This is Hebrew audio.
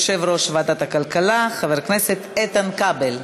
יושב-ראש ועדת הכלכלה חבר הכנסת איתן כבל.